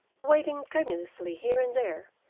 waving tremulously here and there,